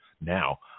now